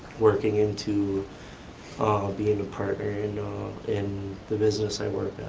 working into ah being a partner you know in the business i work